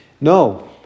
No